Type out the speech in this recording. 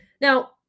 Now